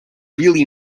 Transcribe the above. really